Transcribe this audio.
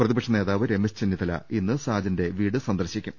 പ്രതിപക്ഷ നേതാവ് രമേശ് ചെന്നിത്തല ഇന്ന് സാജന്റ് വീട് സന്ദർശിക്കും